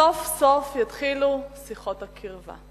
סוף-סוף יתחילו שיחות הקרבה.